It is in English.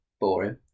Boring